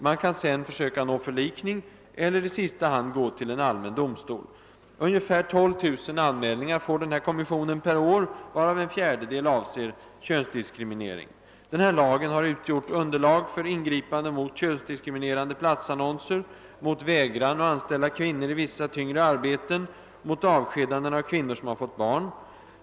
Man kan sedan försöka nå förlikning eller i sista hand vända sig till en allmän domstol. Ungefär 12 000 anmälningar får denna kommission in varje år, varav en fjärdedel avser könsdiskriminering. Lagen har också utgjort underlag för ingripande mot könsdiskriminerande platsannonser, mot vägran att anställa kvinnor i vissa tyngre arbeten och mot avskedanden av kvinnor som fått barn.